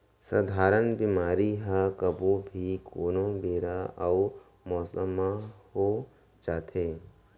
सधारन बेमारी ह कभू भी, कोनो बेरा अउ मौसम म हो जाथे